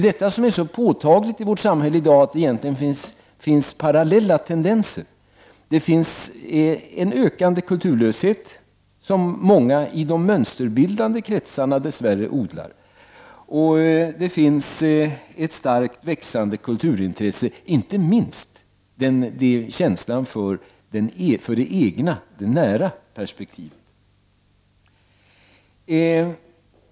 Det som är påtagligt i vårt samhälle i dag är egentligen att det finns parallella tendenser. Det finns en ökande kulturlöshet som många i de mönsterbildande kretsarna dess värre odlar, och det finns ett starkt växande kulturintresse och inte minst känslan för det egna, det nära, perspektivet.